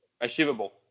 achievable